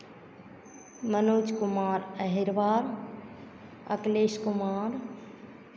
मनोज कुमार अहिरबार अखिलेश कुमार